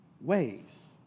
ways